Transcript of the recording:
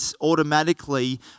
automatically